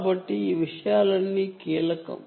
కాబట్టి ఈ విషయాలన్నీకీలకం